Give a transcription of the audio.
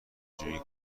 جویی